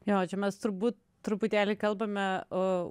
jo či mes turbūt truputėlį kalbame o